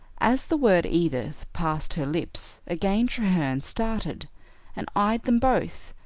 as the word edith passed her lips, again treherne started and eyed them both,